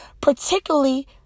particularly